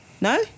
No